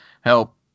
help